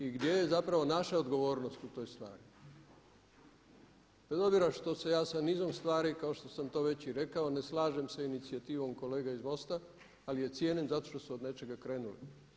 I gdje je zapravo naša odgovornost u toj stvari bez obzira što se ja sa nizom stvari kao što sam to već i rekao ne slažem sa inicijativom kolega iz MOST-a ali je cijenim zato što su od nečega krenuli.